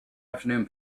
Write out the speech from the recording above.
afternoon